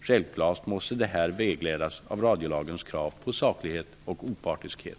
Självklart måste de här vägledas av Radiolagens krav på ''saklighet och opartiskhet''.